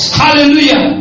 hallelujah